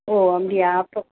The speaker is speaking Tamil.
ஓ அப்படியா அப்போ